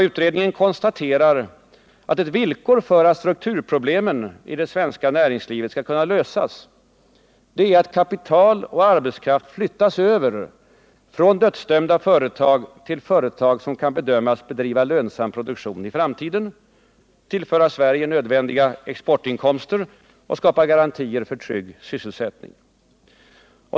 Utredningen konstaterar att ett villkor för att strukturproblemen i det svenska näringslivet skall kunna lösas är att kapital och arbetskraft flyttas över från dödsdömda företag till företag som kan bedömas bedriva lönsam produktion i framtiden, tillföra Sverige nödvändiga exportinkomster och skapa garantier för tryggad sysselsättning.